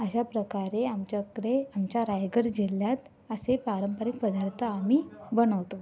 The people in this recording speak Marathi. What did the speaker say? अशाप्रकारे आमच्याकडे आमच्या रायगड जिल्ह्यात असे पारंपरिक पदार्थ आम्ही बनवतो